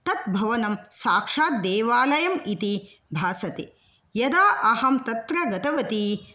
तत् भवनं साक्षात् देवालयम् इति भासते यदा अहं तत्र गतवती